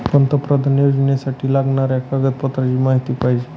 पंतप्रधान योजनेसाठी लागणाऱ्या कागदपत्रांची माहिती पाहिजे आहे